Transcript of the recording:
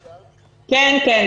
כן, כן.